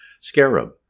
scarab